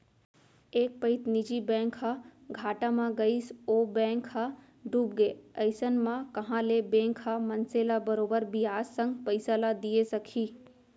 एक पइत निजी बैंक ह घाटा म गइस ओ बेंक ह डूबगे अइसन म कहॉं ले बेंक ह मनसे ल बरोबर बियाज संग पइसा ल दिये सकही